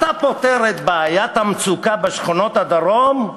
אתה פותר את בעיית המצוקה בשכונות הדרום?